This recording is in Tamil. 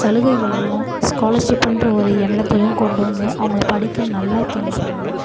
சலுகைகளையும் ஸ்காலர்ஸிப்ன்ற ஒரு எண்ணத்தையும் கொண்டு வந்து அவங்கள படிக்க நல்லா தூண்டுறாங்க